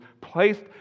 placed